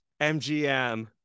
mgm